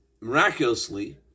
miraculously